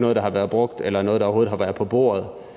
noget, der har været brugt eller overhovedet har været på bordet.